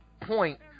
point